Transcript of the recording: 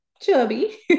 Chubby